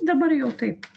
dabar jau taip